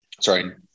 sorry